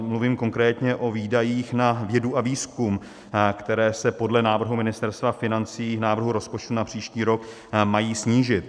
Mluvím konkrétně o výdajích na vědu a výzkum, které se podle návrhu Ministerstva financí podle návrhu rozpočtu na příští rok mají snížit.